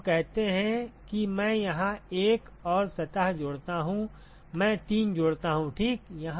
अब हम कहते हैं कि मैं यहां 1 और सतह जोड़ता हूं मैं 3 जोड़ता हूं ठीक